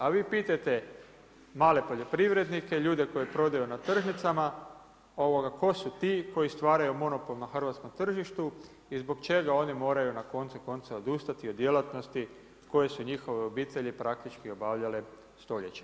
A vi pitajte male poljoprivrednike, ljude koji prodaju na tržnicama tko su ti koji stvaraju monopol na hrvatskom tržištu i zbog čega oni moraju na koncu konca odustati od djelatnosti koje su njihove obitelji praktički obavljale stoljećem.